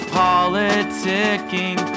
politicking